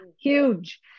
huge